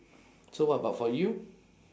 so what about for you